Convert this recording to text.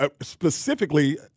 specifically